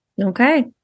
Okay